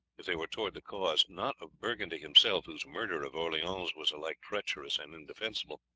they were towards the cause, not of burgundy himself, whose murder of orleans was alike treacherous and indefensible,